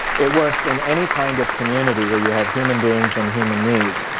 it works in any kind of community where you have human beings and human needs.